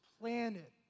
planet